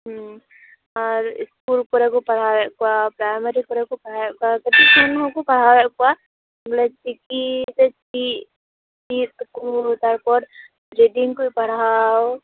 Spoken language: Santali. ᱦᱩᱢ ᱟᱨ ᱤᱥᱠᱩᱞ ᱠᱚᱨᱮ ᱠᱚ ᱯᱟᱲᱦᱟᱣᱮᱫ ᱠᱚᱣᱟ ᱯᱨᱟᱭᱢᱟᱨᱤ ᱠᱚᱨᱮ ᱠᱚ ᱯᱟᱲᱦᱟᱣᱮᱫ ᱠᱚᱣᱟ ᱠᱟᱹᱴᱤᱡ ᱪᱩᱞᱩᱝ ᱯᱟᱲᱦᱟᱣᱮᱫ ᱠᱚᱣᱟ ᱢᱟᱱᱮ ᱪᱤᱠᱤ ᱥᱮ ᱪᱤᱠᱤ ᱥᱮ ᱪᱮᱫ ᱠᱚ ᱛᱟᱨᱯᱚᱨ ᱨᱤᱰᱤᱝ ᱠᱚ ᱯᱟᱲᱦᱟᱣ